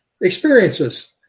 experiences